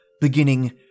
beginning